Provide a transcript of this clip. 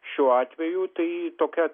šiuo atveju tai tokia